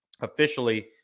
officially